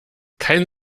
kein